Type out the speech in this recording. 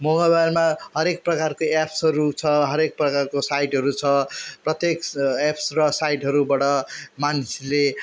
मोबाइलमा हरेक प्रकारको एप्सहरू छ हरेक प्रकारको साइटहरू छ प्रत्येक एप्स साइटहरूबाट मानिसले